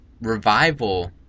revival